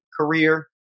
career